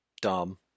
Dumb